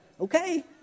okay